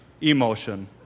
emotion